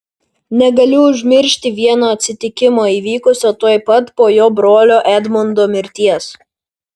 negaliu užmiršti vieno atsitikimo įvykusio tuoj po jo brolio edmundo mirties